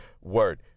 Word